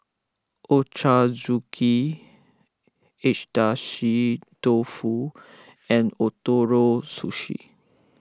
Ochazuke Agedashi Dofu and Ootoro Sushi